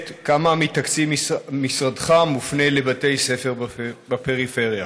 2. כמה מתקציב משרדך מופנה לבתי ספר בפריפריה?